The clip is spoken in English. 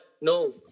no